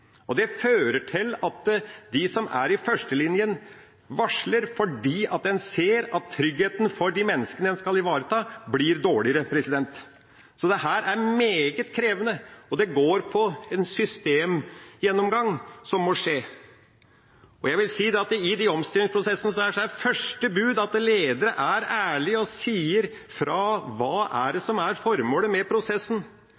varsler fordi en ser at tryggheten til de menneskene en skal ivareta, blir dårligere. Dette er meget krevende, og det må skje en systemgjennomgang. Jeg vil si at i disse omstillingsprosessene er første bud at ledere er ærlige og sier ifra om hva som er